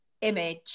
image